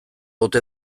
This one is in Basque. ote